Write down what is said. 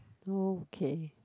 okay